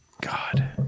God